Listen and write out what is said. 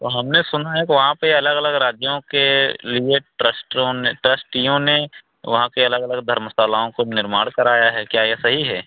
वो हमने सुना है कि वहाँ पर अलग अलग राज्यों के लिए ट्रस्टों ने ट्रस्टियों ने वहाँ के अलग अलग धर्मशालाओं को निर्माण कराया है क्या ये सही है